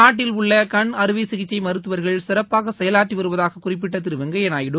நாட்டில் உள்ள கண் அறுவை சிகிச்சை மருத்துவர்கள் சிறப்பாக செயலாற்றி வருவதாக குறிப்பிட்ட திரு வெங்கையா நாயுடு